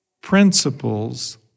principles